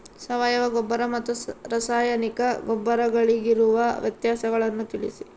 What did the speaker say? ಸಾವಯವ ಗೊಬ್ಬರ ಮತ್ತು ರಾಸಾಯನಿಕ ಗೊಬ್ಬರಗಳಿಗಿರುವ ವ್ಯತ್ಯಾಸಗಳನ್ನು ತಿಳಿಸಿ?